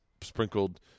Sprinkled